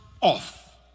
off